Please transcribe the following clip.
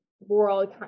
world